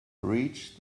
reached